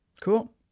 Cool